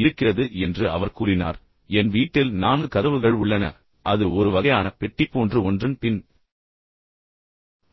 இருக்கிறது என்று அவர் கூறினார் என் வீட்டில் நான்கு கதவுகள் உள்ளன பின்னர் அது ஒரு வகையான பெட்டி போன்று ஒன்றன் பின் ஒன்றாக உள்ளது